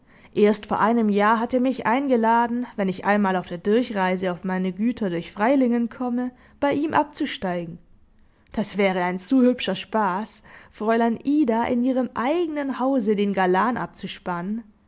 ein erst vor einem jahr hat er mich eingeladen wenn ich einmal auf der durchreise auf meine güter durch freilingen komme bei ihm abzusteigen das wäre ein zu hübscher spaß fräulein ida in ihrem eigenen hause den galan abzuspannen